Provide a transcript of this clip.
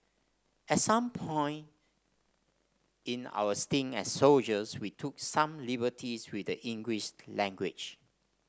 at some point in our stint as soldiers we took some liberties with the English language